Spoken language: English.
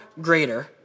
greater